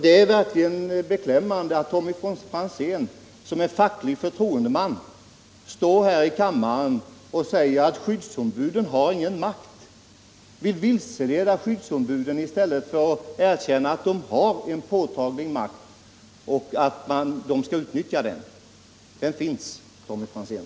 Det är verkligen beklämmande att Tommy Franzén, som är facklig förtroendeman, står här i kammaren och säger att skyddsombuden inte har någon makt — att han vill vilseleda skyddsombuden i stället för att erkänna att de har en verklig makt och att de skall utnyttja den. Den finns, Tommy Franzén!